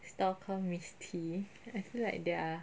store call miss tea feel like their